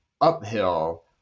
uphill